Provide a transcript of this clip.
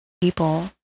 people